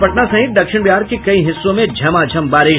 और पटना सहित दक्षिण बिहार के कई हिस्सों में झमाझम बारिश